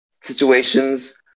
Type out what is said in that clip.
situations